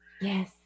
Yes